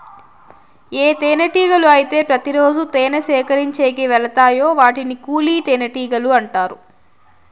ఏ తేనెటీగలు అయితే ప్రతి రోజు తేనె సేకరించేకి వెలతాయో వాటిని కూలి తేనెటీగలు అంటారు